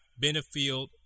Benefield